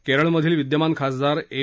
केरळमधील विद्यमान खासदार एम